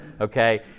okay